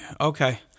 Okay